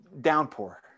downpour